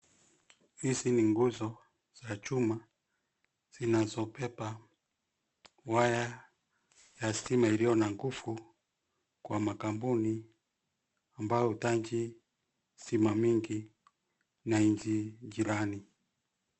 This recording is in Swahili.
Hizi ni nguzo za chuma zinazobeba waya ya stima iliyo na nguvu kwa makapuni ambayo huhitaji stima mingi na nchi jirani.